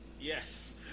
Yes